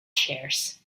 shares